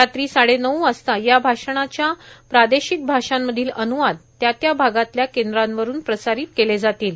रात्री साडेनऊ वाजता या भाषणाच्या प्रादेशिक भाषांमधले अन्वाद त्या त्या भागातल्या केंद्रावरून प्रसारित केले जातील